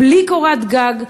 בלי קורת גג,